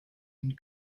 and